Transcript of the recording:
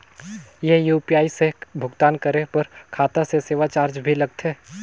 ये यू.पी.आई से भुगतान करे पर खाता से सेवा चार्ज भी लगथे?